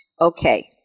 Okay